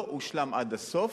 לא הושלם עד הסוף.